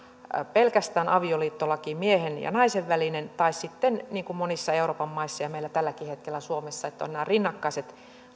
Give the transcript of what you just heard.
pelkästään miehen ja naisen välinen tai sitten niin kuin monissa euroopan maissa ja meillä suomessa tälläkin hetkellä on nämä rinnakkaiset